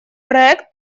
проект